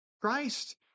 Christ